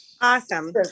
Awesome